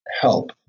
help